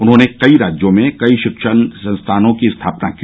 उन्होंने कई राज्यों में कई शिक्षा संस्थानों की स्थापना की